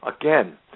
again